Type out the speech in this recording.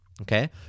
okay